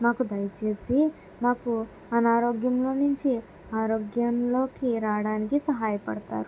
మాకు దయచేసి మాకు అనారోగ్యంలోకి నుంచి ఆరోగ్యంలోకి రావడానికి సహాయపడతారు